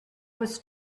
was